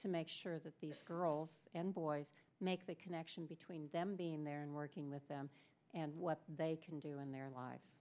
to make sure that these girls and boys make the connection between them being there and working with them and what they can do in their li